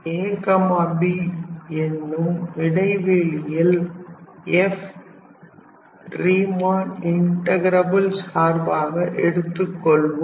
ab என்னும் இடைவெளியில் f Riemann integrable சார்பாக எடுத்துக்கொள்வோம்